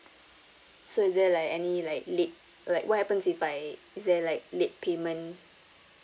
so is there like any like late like what happens if I is there like late payment